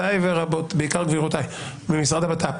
לגבי הנתונים לגבי הדגל,